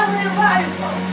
revival